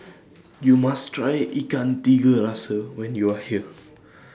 YOU must Try Ikan Tiga Rasa when YOU Are here